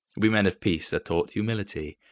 we men of peace are taught humility,